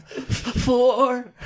Four